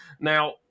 Now